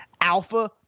alpha